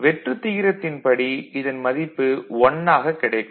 வெற்று தியரத்தின் படி இதன் மதிப்பு 1 ஆகக் கிடைக்கும்